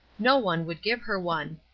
no one would give her one.